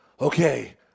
okay